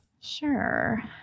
Sure